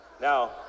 Now